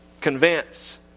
Convince